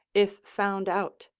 if found out!